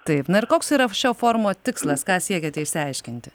taip na ir koks yra šio forumo tikslas ką siekiate išsiaiškinti